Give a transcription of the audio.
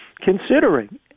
considering